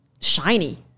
shiny